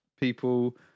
people